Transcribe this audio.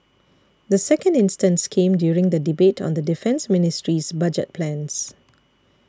the second instance came during the debate on the Defence Ministry's budget plans